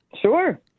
Sure